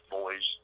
boys